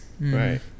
Right